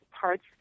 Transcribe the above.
parts